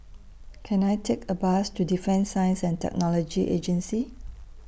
Can I Take A Bus to Defence Science and Technology Agency